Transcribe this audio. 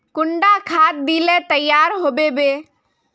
कुंडा खाद दिले तैयार होबे बे?